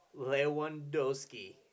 Lewandowski